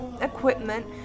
equipment